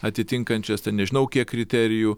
atitinkančias ten nežinau kiek kriterijų